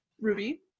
Ruby